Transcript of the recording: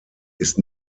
ist